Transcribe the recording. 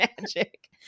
magic